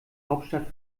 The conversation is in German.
hauptstadt